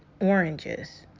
oranges